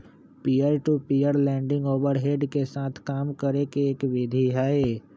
peer to peer lending overhead के साथ काम करे के एक विधि हई